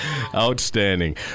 Outstanding